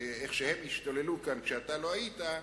ואיך שהם השתוללו כאן כשאתה לא היית,